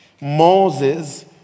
Moses